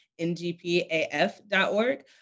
ngpaf.org